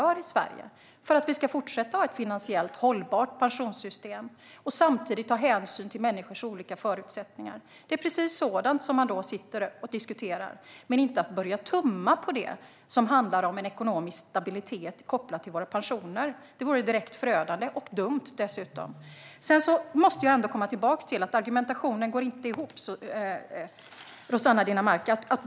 Hur kan vi i detta läge göra för att kunna fortsätta att ha ett finansiellt hållbart pensionssystem och samtidigt ta hänsyn till människors olika förutsättningar? Det är precis sådant som man sitter och diskuterar. Man ska inte börja tumma på sådant som handlar om en ekonomisk stabilitet kopplat till våra pensioner. Det vore direkt förödande och dessutom dumt. Jag måste komma tillbaka till att Rossana Dinamarcas argumentation inte går ihop.